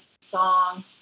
song